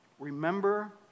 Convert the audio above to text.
Remember